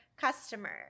customer